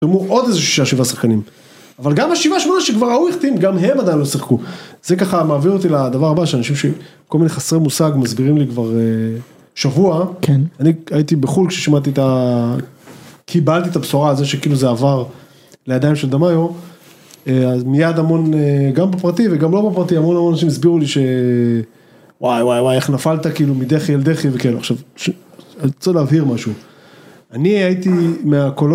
עוד איזה שישה שבעה שחקנים, אבל גם השבעה שמונה שכבר ההוא החתים גם הם עדיין לא שיחקו, זה ככה מעביר אותי לדבר הבא, שאנשים ש..כל מיני חסרי מושג מסבירים לי כבר שבוע.. אני הייתי בחו"ל כששמעתי את ה.. קיבלתי את הבשורה הזו שכאילו זה עבר לידיים של דמיו, אז מיד המון, גם בפרטי וגם לא בפרטי, המון המון אנשים הסבירו לי שוואי וואי וואי, איך נפלת כאילו מדחי על דחי וכאלה, עכשיו, אני רוצה להבהיר משהו, אני הייתי מהקולו